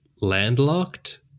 landlocked